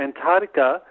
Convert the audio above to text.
Antarctica